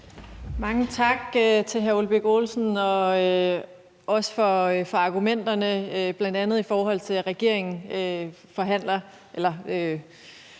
Mange tak til hr. Ole Birk Olesen, og også tak for argumenterne, bl.a. i forhold til at regeringen samtaler